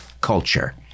culture